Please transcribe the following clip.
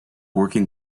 working